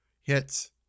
hits